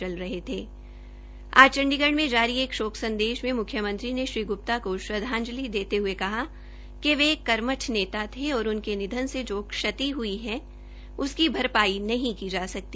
चल रहे आज चंडीगढ़ में जारी एक शोक संदेश में मुख्यमंत्री ने श्री ग्र्ता को श्रद्वांजलि देते हए कहा कि वे एक कर्मठ नेता थे और उनके निधन से जो क्षति हई है उसकी भरपाई नहीं की जा सकती